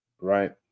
Right